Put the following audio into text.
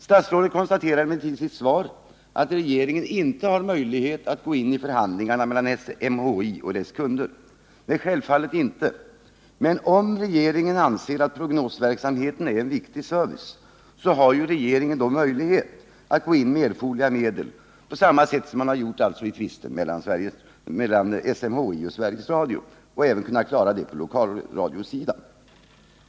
Statsrådet konstaterar i sitt svar att regeringen inte har möjlighet att gå in i förhandlingarna mellan SMHI och dess kunder, och självfallet är det så. Men om regeringen anser att prognosverksamheten är en viktig service, så har ju regeringen möjlighet att gå in med erforderliga medel på samma sätt som man gjort i tvisten mellan SMHI och Sveriges Radio och borde alltså kunna lösa frågan också på lokalradiosidan.